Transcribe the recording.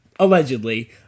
allegedly